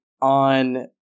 on